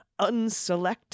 Unselect